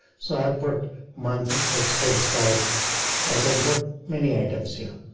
so i put month expense type i can put many items here.